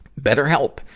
BetterHelp